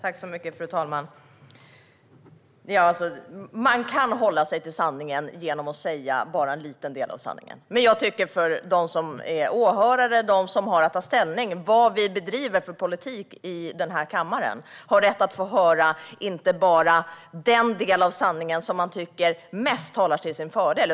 Fru talman! Man kan hålla sig till sanningen genom att säga bara en liten del av den. Jag tycker att de som är åhörare och som har att ta ställning till vad vi bedriver för politik i den här kammaren har rätt att inte bara få höra den del av sanningen som talaren tycker mest talar till sin fördel.